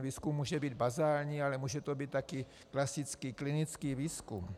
Výzkum může být bazální, ale může to být také klasický klinický výzkum.